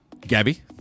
Gabby